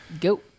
Go